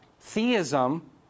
theism